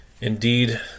Indeed